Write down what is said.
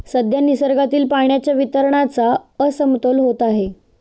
सध्या निसर्गातील पाण्याच्या वितरणाचा असमतोल होत आहे